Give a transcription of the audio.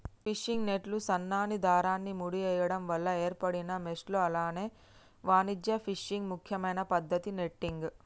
fishing నెట్లు సన్నని దారాన్ని ముడేయడం వల్ల ఏర్పడిన మెష్లు అలాగే వాణిజ్య ఫిషింగ్ ముఖ్యమైన పద్దతి నెట్టింగ్